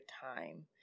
time